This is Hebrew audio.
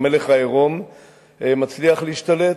המלך העירום מצליח להשתלט,